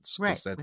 Right